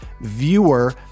viewer